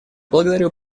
благодарю